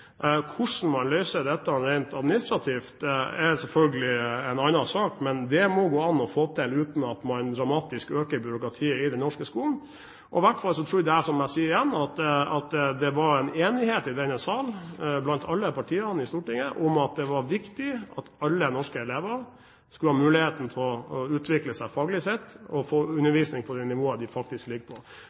Hvordan man løser dette rent administrativt, er selvfølgelig en annen sak, men det må det gå an å få til uten at man dramatisk øker byråkratiet i den norske skolen. I hvert fall trodde jeg, som jeg sier igjen, at det var en enighet i denne sal blant alle partier i Stortinget om at det var viktig at alle norske elever skulle ha muligheten til å utvikle seg faglig sett og få undervisning på det nivået de faktisk ligger på.